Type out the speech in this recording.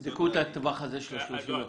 תבדקו את הטווח הזה של 30 ימים.